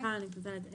סליחה, אני מתנצלת.